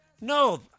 No